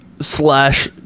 slash